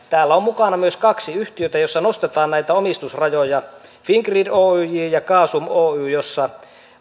täällä on mukana myös kaksi yhtiötä joissa nostetaan näitä omistusrajoja fingrid oyj ja gasum oy joissa